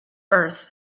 earth